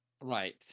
Right